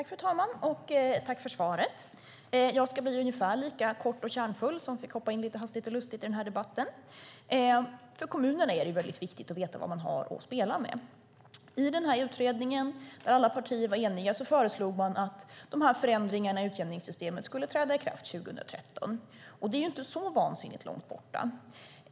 Fru talman! Tack för svaret! Jag ska fatta mig ungefär lika kort och kärnfullt, eftersom jag fick hoppa in lite hastigt och lustigt i den här debatten. För kommunerna är det väldigt viktigt att veta vad man har att spela med. I den här utredningen, där alla partier var eniga, föreslog man att förändringarna i utjämningssystemet skulle träda i kraft 2013. Det är ju inte så vansinnigt långt borta.